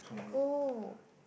oh